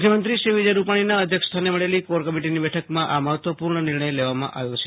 મુખ્યમંત્રી શ્રી વિજય રૂપાણીના અધ્યક્ષસ્થાને મળેલી કોર કમિટીની બેઠકમાં આ મહત્વપુર્ણ નિર્ણય લેવામાં આવ્યો છે